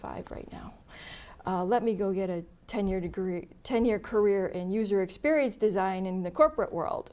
five right now let me go get a ten year degree ten year career in user experience design in the corporate world